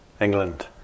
England